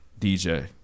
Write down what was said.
DJ